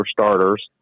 starters